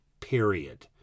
period